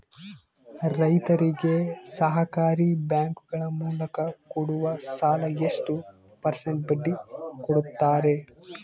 ರೈತರಿಗೆ ಸಹಕಾರಿ ಬ್ಯಾಂಕುಗಳ ಮೂಲಕ ಕೊಡುವ ಸಾಲ ಎಷ್ಟು ಪರ್ಸೆಂಟ್ ಬಡ್ಡಿ ಕೊಡುತ್ತಾರೆ?